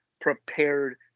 prepared